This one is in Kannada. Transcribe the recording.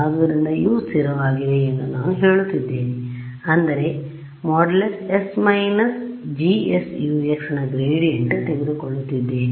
ಆದ್ದರಿಂದ U ಸ್ಥಿರವಾಗಿದೆ ಎಂದು ನಾನು ಹೇಳುತ್ತಿದ್ದೇನೆ ಅಂದರೆ || s GS Ux || ನ ಗ್ರೇಡಿಯಂಟ್ ತೆಗೆದುಕೊಳ್ಳುತ್ತಿದ್ದೇನೆ